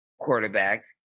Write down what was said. quarterbacks